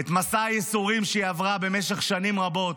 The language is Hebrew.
את מסע הייסורים שהיא עברה במשך שנים רבות,